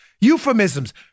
Euphemisms